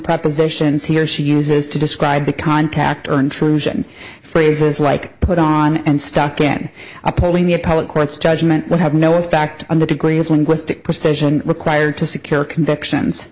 propositions he or she uses to describe the contact or intrusion phrases like put on and stuck in a polling the appellate court's judgment will have no effect on the degree of linguistic perception required to secure convictions